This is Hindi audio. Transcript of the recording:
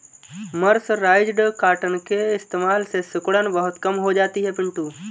मर्सराइज्ड कॉटन के इस्तेमाल से सिकुड़न बहुत कम हो जाती है पिंटू